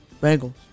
Bengals